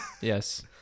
Yes